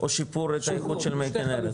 או שיפור איכות מי כנרת.